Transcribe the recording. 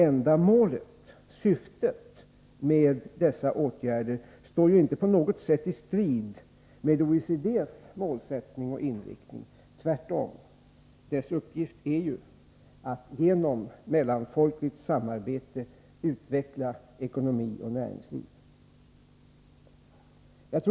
Ändamålet med dessa åtgärder står ju inte på något sätt i strid med OECD:s målsättning och inriktning — tvärtom. Denna organisations uppgift är ju att genom mellanfolkligt samarbete utveckla ekonomi och näringsliv.